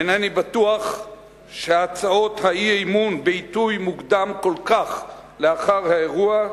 אינני בטוח שהצעות האי-אמון בעיתוי מוקדם כל כך לאחר האירוע,